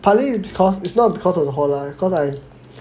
partly because it's not because of the hall lah cause I